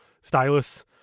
stylus